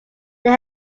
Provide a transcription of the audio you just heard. they